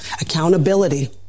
Accountability